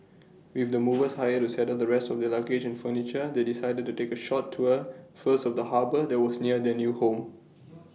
with the movers hired to settle the rest of their luggage and furniture they decided to take A short tour first of the harbour that was near their new home